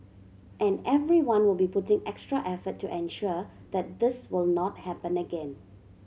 and everyone will be putting extra effort to ensure that this will not happen again